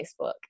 Facebook